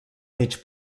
mig